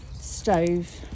stove